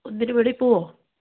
ഒന്നിന് വെളിയിൽ പോകുമോ